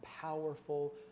powerful